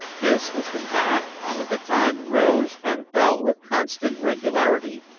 this was the fact that the tide rose and fell with constant regularity,